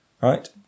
Right